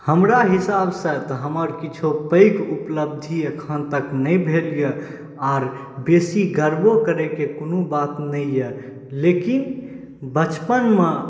हमरा हिसाबसँ तऽ हमर किछु पैघ उपलब्धि एखन तक नहि भेल अइ आओर बेसी गर्वो करैके कोनो बात नहि अइ लेकिन बचपनमे